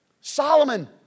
Solomon